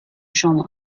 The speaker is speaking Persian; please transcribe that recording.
شما